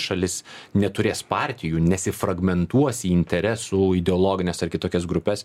šalis neturės partijų nesifragmentuos į interesų ideologines ar kitokias grupes